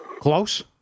Close